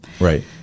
Right